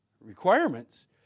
requirements